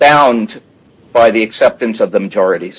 bound by the acceptance of the majority